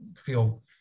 feel